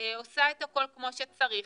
עושה את הכול כמו שצריך,